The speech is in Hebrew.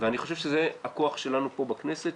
אני חושב שזה הכוח שלנו פה בכנסת,